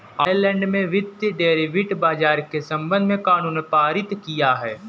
Ireland ने वित्तीय derivative बाजार के संबंध में कानून पारित किया है